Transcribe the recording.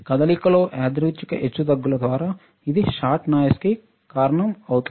కదలికలో యాదృచ్ఛిక హెచ్చుతగ్గుల ద్వారా ఇది షాట్ నాయిస్నికి కారణమవుతుంది